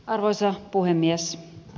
arvoisa puhemies